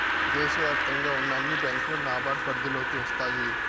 దేశ వ్యాప్తంగా ఉన్న అన్ని బ్యాంకులు నాబార్డ్ పరిధిలోకి వస్తాయి